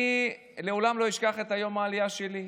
אני לעולם לא אשכח את יום העלייה שלי,